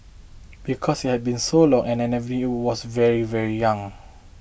because it had been so long and I was very very young